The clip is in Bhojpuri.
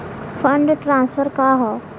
फंड ट्रांसफर का हव?